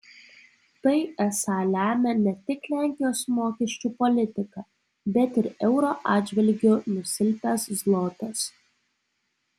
tai esą lemia ne tik lenkijos mokesčių politika bet ir euro atžvilgiu nusilpęs zlotas